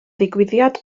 ddigwyddiad